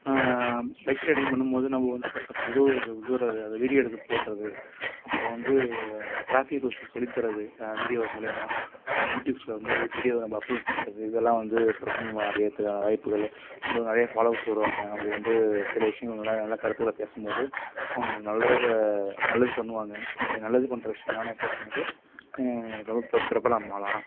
bike riding பண்ணும் போது நான் ஒரு சில பேருக்கு உதவுகிறது உதவுகிற அந்த வீடியோ எடுத்துப் போடுறது அப்புறம் வந்து ட்ராஃபிக் ரூல்ஸை சொல்லித் தர்றது வீடியோ மூலயமா யூடியூப்ஸ்ல வந்து வீடியோ நம்ம அப்லோட் பண்ணுறது இதெல்லாம் வந்து பிரபலம் அடைகிறதுக்கான வாய்ப்புகள் இன்னும் நிறைய ஃபாலோவர்ஸ் வருவாங்கள் நம்ம வந்து சில விஷயங்களை நல்ல கருத்துக்களை பேசும் போது அவங்க நமக்கு நல்லதே நல்லது பண்ணுவாங்கள் அது நல்லது பண்ணுற விஷயங்கள்லாம் நம்ம பேசும் போது ரொம்ப பிர பிரபலம் ஆகலாம்